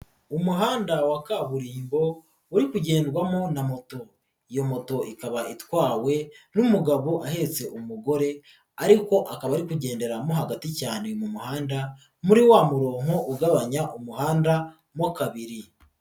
Umuhanda wa kaburimbo uri kugendwamo na moto, iyo moto ikaba itwawe n'umugabo ahetse umugore ariko akaba ari kugendera mo hagati cyane mu muhanda muri wa muronko ugabanya umuhanda mo kabiri.